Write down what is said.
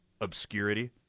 obscurity